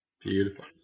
Beautiful